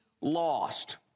lost